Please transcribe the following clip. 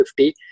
50